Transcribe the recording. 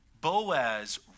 Boaz